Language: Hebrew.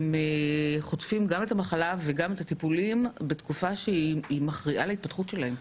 הם חוטפים את המחלה ואת הטיפולים בתקופה שהיא מכריעה להתפתחות שלהם.